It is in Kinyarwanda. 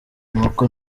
nuko